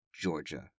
Georgia